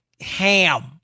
ham